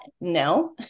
No